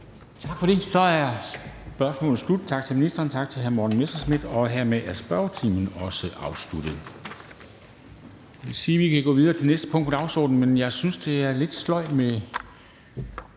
Tak for det. Så er spørgsmålet slut. Tak til ministeren. Tak til hr. Morten Messerschmidt. Hermed er spørgetiden afsluttet. Det vil sige, at vi kan gå videre til næste punkt på dagsordenen, men jeg synes, at det er lidt sløjt med